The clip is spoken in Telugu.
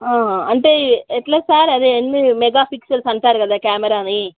అంటే ఎలా సార్ అదే ఎన్ని మెగా ఫిక్సెల్స్ అంటారు కదా కెమెరాని